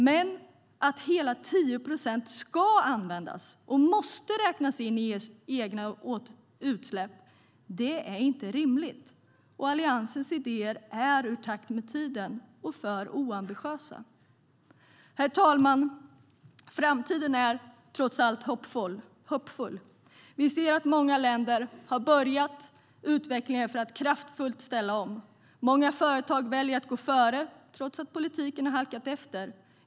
Men att hela 10 procent ska användas och måste räknas in i EU:s egna utsläpp är inte rimligt. Alliansens idéer är ur takt med tiden och för oambitiösa. Herr talman! Framtiden är trots allt hoppfull. Vi ser att många länder har börjat utvecklingen för att kraftfullt ställa om. Många företag väljer att gå före trots att politiken halkat efter.